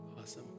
awesome